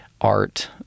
art